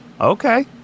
Okay